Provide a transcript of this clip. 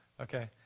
Okay